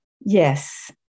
Yes